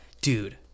dude